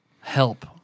help